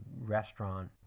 restaurant